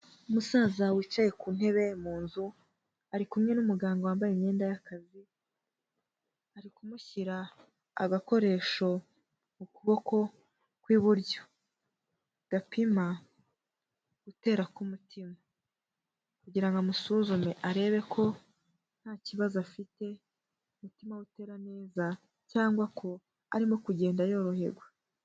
Umusaza wicaye ku ntebe mu nzu, ari kumwe n'umuganga wambaye imyenda y'akazi, ari kumushyira agakoresho ku kuboko kw'iburyo gapima gutera ku mutima, kugira ngo amusuzume arebe ko nta kibazo afite, umutima utera neza, cyangwa ko arimo kugenda yoroherwa.